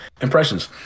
impressions